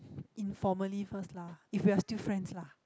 informally first lah if we are still friends lah